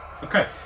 Okay